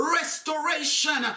restoration